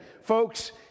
folks